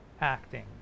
acting